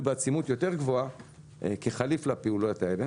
בעצימות גבוהה יותר כחליף לפעולות האלה.